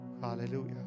Hallelujah